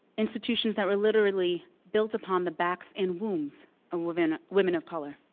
institutions that were literally built upon the backs and wombs of women women of color.